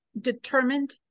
determined